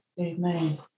Amen